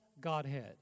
godhead